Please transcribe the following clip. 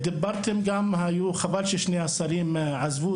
חבל ששני השרים עזבו.